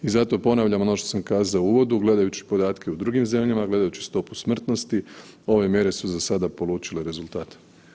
I zato ponavljam ono što sam kazao u uvodu, gledajući podatke u drugim zemljama, gledajući stopu smrtnosti ove mjere su za sada polučile rezultate.